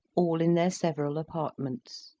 all in their several apartments.